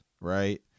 right